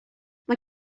mae